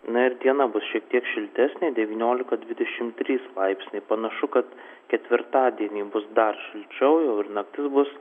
na ir diena bus šiek tiek šiltesnė devyniolika dvidešimt trys laipsniai panašu kad ketvirtadienį bus dar šilčiau jau ir naktis bus